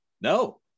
No